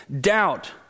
doubt